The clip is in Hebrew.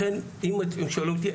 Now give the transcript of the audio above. לכן אם אתם שואלים אותי,